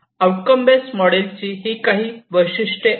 outcome based मॉडेलची ही काही वैशिष्ट्ये आहेत